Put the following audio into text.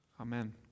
Amen